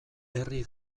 herri